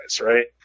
right